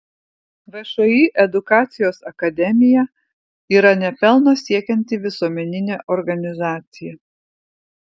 všį edukacijos akademija yra ne pelno siekianti visuomeninė organizacija